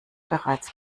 bereits